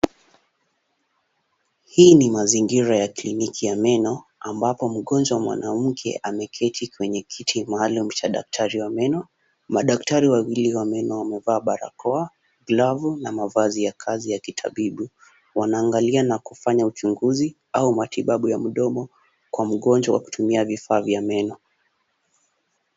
Hii ni mazingira ya kliniki ya meno ambapo mgonjwa mwanamke ameketi kwenye kiti maalum cha daktari wa meno. Madaktari wawili wa meno wamevaa barakoa, glavu na mavazi ya kazi ya kitabibu. Wanaangalia na kufanya uchunguzi au matibabu ya mdomo kwa mgonjwa kwa kutumia vifaa vya meno.